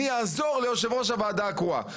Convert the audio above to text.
אני אעזור ליושב ראש הוועדה הקרואה.